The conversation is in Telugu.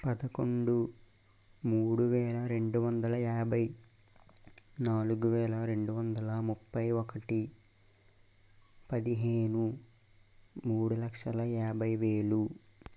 పదకొండు మూడు వేల రెండు వందల యాభై నాలుగు వేల రెండు వందల ముప్పై ఒకటి పదిహేను మూడు లక్షల యాభై వేలు